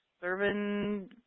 serving